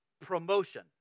promotion